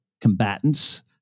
combatants